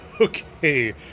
Okay